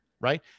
right